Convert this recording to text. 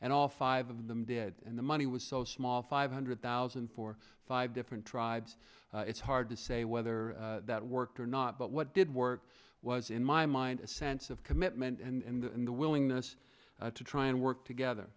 and all five of them dead and the money was so small five hundred thousand for five different tribes it's hard to say whether that worked or not but what did work was in my mind a sense of commitment and the willingness to try and work together